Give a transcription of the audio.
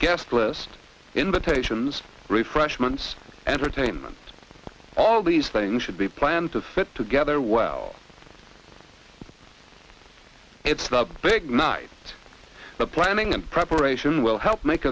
guest list invitations refreshments and entertainment all these things should be planned to fit together well it's the big night but planning and preparation will help make